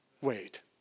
Wait